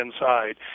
inside